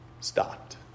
stopped